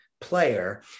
player